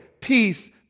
peace